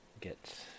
get